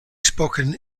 spoken